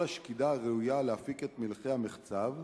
השקידה הראויה להפיק את מלחי-המחצב,